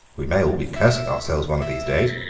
we may all be cursing ourselves one of these days,